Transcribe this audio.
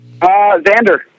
Xander